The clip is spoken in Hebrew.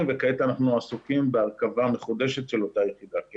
וכעת אנחנו עסוקים בהרכבה מחודשת של אותה יחידה.